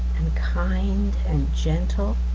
and kind and gentle.